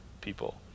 people